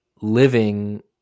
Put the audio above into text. living